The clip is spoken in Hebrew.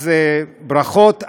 אז, ברכות.